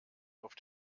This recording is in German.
auf